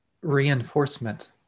reinforcement